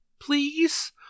please